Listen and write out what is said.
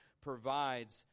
provides